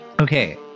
Okay